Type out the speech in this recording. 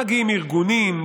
מגיעים ארגונים,